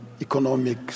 economic